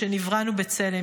שנבראנו בצלם,